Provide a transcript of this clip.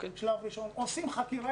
עושים חקירה